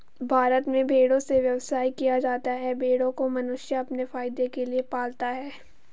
भारत में भेड़ों से व्यवसाय किया जाता है भेड़ों को मनुष्य अपने फायदे के लिए पालता है